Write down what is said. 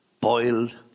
boiled